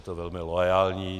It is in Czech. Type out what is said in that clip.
Je to velmi loajální.